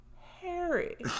Harry